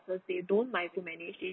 they don't like to manage it